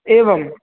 एवम्